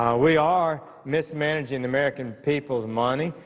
we are mismanaging the american people's money.